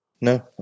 No